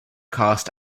cast